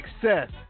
success